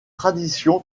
tradition